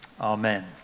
amen